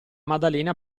maddalena